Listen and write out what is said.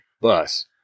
bus